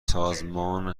سازمان